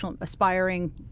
aspiring